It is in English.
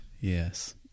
Yes